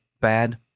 bad